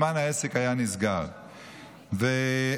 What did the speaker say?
העסק היה נסגר מזמן.